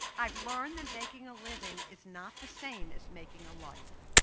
i've learned that making a living is not the same as making a life.